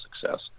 success